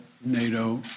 NATO